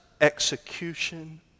execution